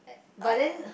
but then